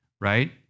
right